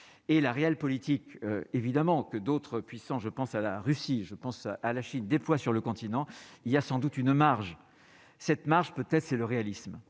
et la Real politique évidemment que d'autres puissants, je pense à la Russie, je pense à la Chine déploie sur le continent, il y a sans doute une marge cette marche peut-être c'est le réalisme